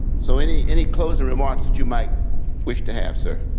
so any any closing remarks that you might wish to have, sir?